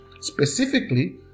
Specifically